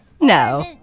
no